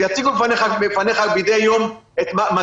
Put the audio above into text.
שיציגו לפניך מדי יום מדד,